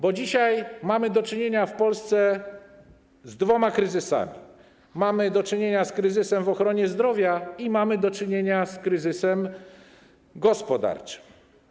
Bo dzisiaj mamy do czynienia w Polsce z dwoma kryzysami - mamy do czynienia z kryzysem w ochronie zdrowia i mamy do czynienia z kryzysem gospodarczym.